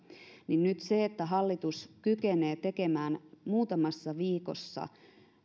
niin nyt se että hallitus kykenee tekemään muutamassa viikossa